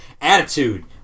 Attitude